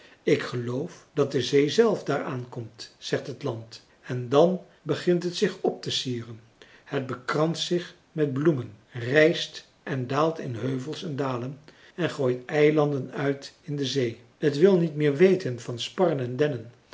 ik geloof dat de zee zelf daar aankomt zegt het land en dan begint het zich op te sieren het bekranst zich met bloemen rijst en daalt in heuvels en dalen en gooit eilanden uit in de zee t wil niet meer weten van sparren en dennen